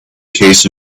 case